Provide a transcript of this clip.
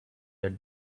that